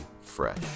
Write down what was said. fresh